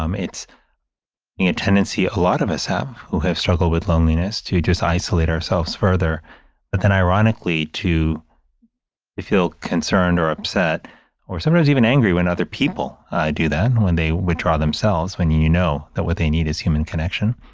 um it's a you know tendency a lot of us have who have struggled with loneliness to just isolate ourselves further. but then ironically to, you feel concerned or upset or sometimes even angry, when other people do that, when they withdraw themselves, when you know that what they need is human connection.